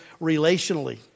relationally